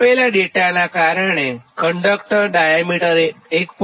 આપેલ ડેટાનાં કારણેકંડક્ટર ડાયામીટર 1